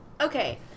Okay